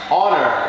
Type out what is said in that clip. honor